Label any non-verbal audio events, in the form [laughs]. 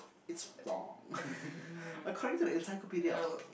it's wrong [laughs] according to the encyclopedia of